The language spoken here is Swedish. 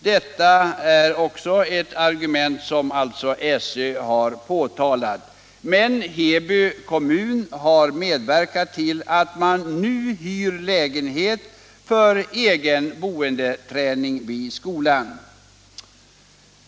Detta är alltså ett annat argument som SÖ har anfört. 123 Men Heby kommun har medverkat till att man nu hyr en lägenhet för egen boendeträning vid skolan.